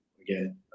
again